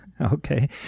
okay